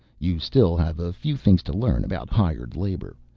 you still have a few things to learn about hired labor.